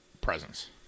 presence